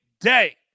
day